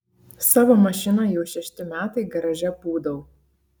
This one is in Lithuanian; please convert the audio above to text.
savo mašiną jau šešti metai garaže pūdau